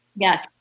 Yes